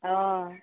অঁ